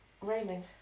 raining